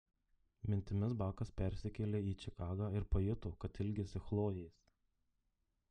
mintimis bakas persikėlė į čikagą ir pajuto kad ilgisi chlojės